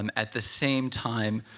um at the same time,